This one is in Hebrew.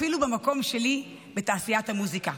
אפילו במקום שלי בתעשיית המוזיקה.